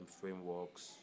frameworks